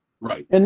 right